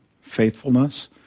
faithfulness